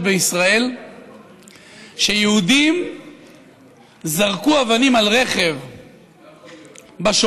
בישראל שיהודים זרקו אבנים על רכב בשומרון,